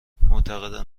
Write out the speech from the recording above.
معتقدم